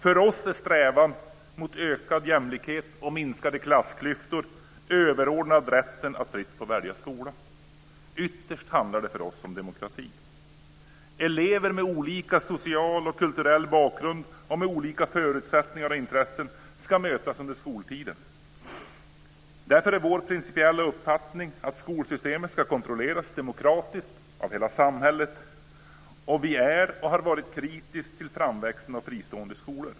För oss är strävan mot ökad jämlikhet och minskade klassklyftor överordnad rätten att fritt få välja skola. Ytterst handlar det för oss om demokrati. Elever med olika social och kulturell bakgrund, olika förutsättningar och intressen ska mötas under skoltiden. Därför är vår principiella uppfattning att skolsystemet ska kontrolleras demokratiskt av hela samhället, och vi är och har varit kritiska till framväxten av fristående skolor.